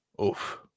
oof